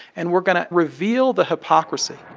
and we're going to reveal the hypocrisy